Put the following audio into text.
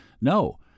No